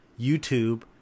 YouTube